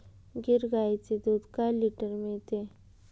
गीर गाईचे दूध काय लिटर मिळते?